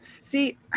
See